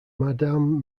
madame